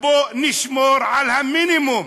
בואו נשמור על המינימום,